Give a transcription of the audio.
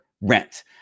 rent